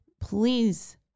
please